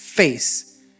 face